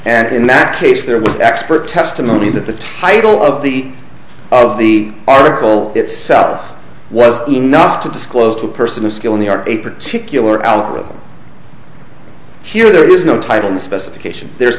and in that case there was x per testimony that the title of the of the article itself was enough to disclose to a person a skill in the art a particular algorithm here there is no title specification there's